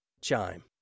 Chime